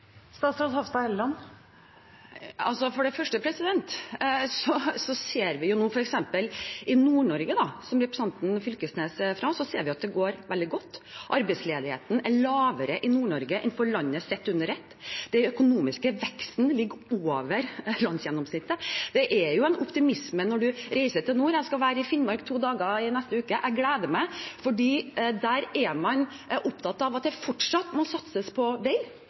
For det første ser vi jo nå at f.eks. i Nord-Norge, som representanten Knag Fylkesnes er fra, går det veldig godt. Arbeidsledigheten er lavere i Nord-Norge enn i landet sett under ett. Den økonomiske veksten ligger over landsgjennomsnittet. Det er en optimisme når man reiser til nord – jeg skal være i Finnmark i to dager i neste uke. Jeg gleder meg fordi man der er opptatt av at det fortsatt må satses på vei,